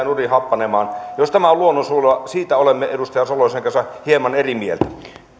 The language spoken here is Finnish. nurin happanemaan jos tämä on luonnonsuojelua siitä olemme edustaja salolaisen kanssa hieman eri mieltä